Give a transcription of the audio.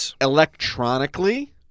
electronically